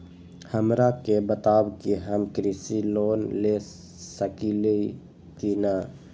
हमरा के बताव कि हम कृषि लोन ले सकेली की न?